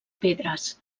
pedres